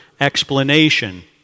explanation